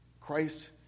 Christ